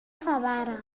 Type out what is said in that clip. favara